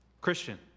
Christian